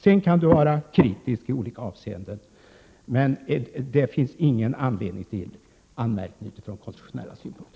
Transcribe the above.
Sedan kan Nils Berndtson vara kritisk i olika avseenden, men det finns ingen anledning till anmärkning utifrån konstitutionella synpunkter.